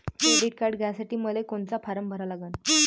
Credit card घ्यासाठी मले कोनचा फारम भरा लागन?